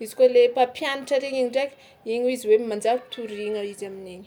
izy koa le mpampianatra reny iny ndraiky iny no izy hoe manjary toriagna izy amin'iny.